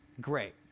Great